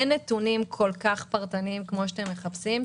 אין נתונים כל כך פרטניים כפי שאתם מחפשים,